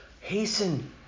hasten